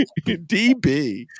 db